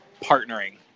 partnering